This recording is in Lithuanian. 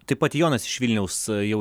taip pat jonas iš vilniaus jau